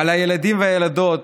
אבל הילדים והילדות